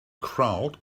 crowd